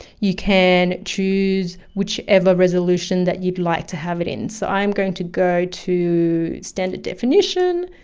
you can choose whichever resolution that you'd like to have it in. so i'm going to go to standard definition,